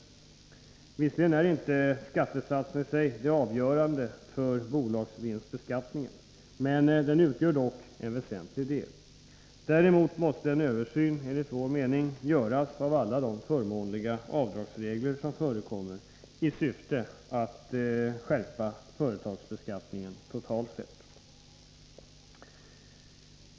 Visserligen är inte skattesatsen i sig det avgörande för bolagsvinstbeskattningen, men den utgör ändå en väsentlig del. Däremot måste en översyn göras av alla de förmånliga avdragsregler som förekommer, i syfte att skärpa företagsbeskattningen totalt sett.